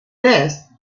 this